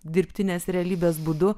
dirbtinės realybės būdu